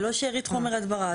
זה לא שארית חומר הדברה.